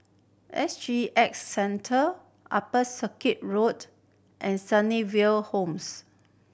S G X Centre Upper Circuit Road and Sunnyville Homes